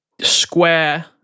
square